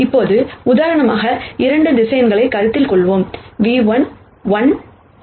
இப்போது உதாரணமாக 2 வெக்டர்ஸ் கருத்தில் கொள்வோம் ν₁ 1 0 மற்றும் ν₂ 0 1